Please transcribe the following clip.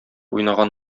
уйнаган